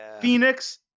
Phoenix